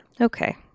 Okay